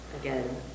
again